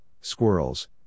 squirrels